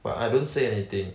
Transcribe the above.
but I don't say anything